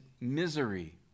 misery